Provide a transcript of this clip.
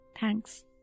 Thanks